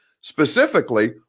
specifically